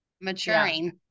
maturing